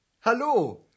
Hallo